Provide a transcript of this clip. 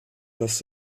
das